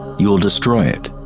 you'll destroy it.